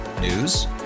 News